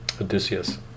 Odysseus